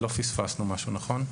לא פספסנו משהו, נכון?